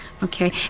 Okay